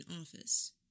office